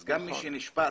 אז גם מי שנשפט